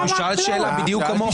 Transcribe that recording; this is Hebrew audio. הוא שאל שאלה בדיוק כמוך.